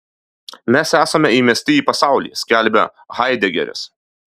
mes esame įmesti į pasaulį skelbia haidegeris